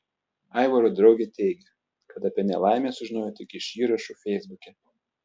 aivaro draugė teigia kad apie nelaimę sužinojo tik iš įrašų feisbuke